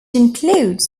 includes